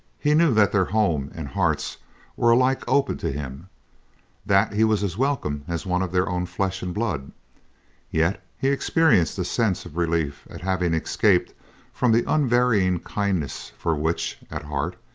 he knew that their home and hearts were alike open to him that he was as welcome as one of their own flesh and blood yet he experienced a sense of relief at having escaped from the unvarying kindliness for which, at heart,